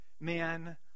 man